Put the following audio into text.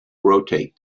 rotate